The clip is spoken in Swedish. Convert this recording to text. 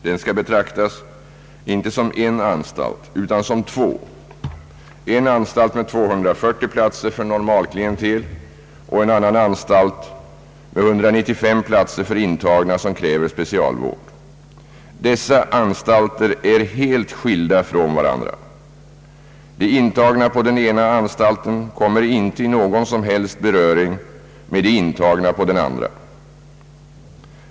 Den skall betraktas inte som en anstalt utan som två, en anstalt med 240 platser för normalklientel och en annan anstalt med 195 platser för intagna som kräver specialvård. Dessa anstalter är helt skilda från varandra. De intagna på den ena anstalten kommer inte i någon som helst beröring med de intagna på den andra.